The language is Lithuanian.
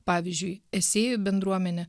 pavyzdžiui esėjų bendruomenė